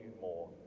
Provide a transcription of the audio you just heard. more